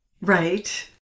Right